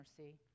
mercy